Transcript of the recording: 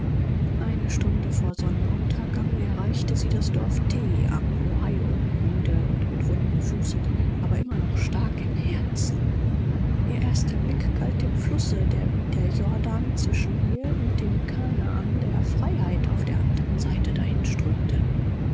an kurz vor sonnenuntergang erreichte sie das dorf t am ohioflusse müde zwar und mit wunden füßen aber immer noch stark im herzen ihr erster blick war auf den fluß der gleich dem jordan zwischen ihr und dem canaan der freiheit auf der andern seite